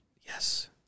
Yes